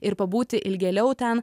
ir pabūti ilgėliau ten